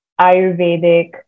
Ayurvedic